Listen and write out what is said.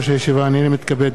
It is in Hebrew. הנני מתכבד להודיעכם,